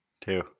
two